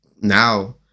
now